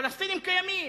פלסטינים קיימים,